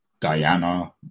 Diana